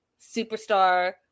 superstar